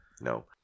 no